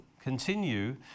continue